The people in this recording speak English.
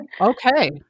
Okay